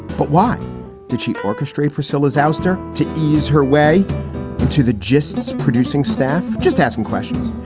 but why did she orchestrate priscilla's ouster to ease her way to the justice producing staff? just asking questions.